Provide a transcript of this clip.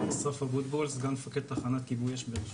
אסף אבוטבול סגן מפקד תחנת כיבוי אש באר שבע.